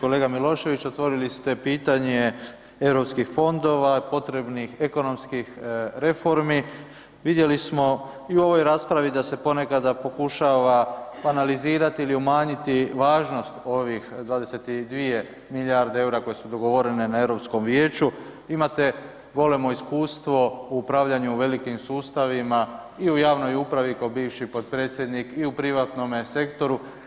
Kolega Milošević otvorili ste pitanje Europskih fondova, potrebnih ekonomskih reformi, vidjeli smo i u ovoj raspravi da se ponekada pokušava analizirati ili umanjiti važnost ovih 22 milijarde EUR-a koje su dogovorene na Europskom vijeću, imate golemo iskustvo u upravljanju velikim sustavima i u javnoj upravi kao bivši potpredsjednik i u privatnome sektoru.